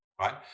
right